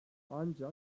ancak